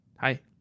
Hi